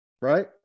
Right